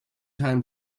time